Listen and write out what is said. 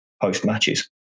post-matches